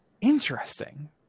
Interesting